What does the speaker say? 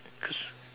cause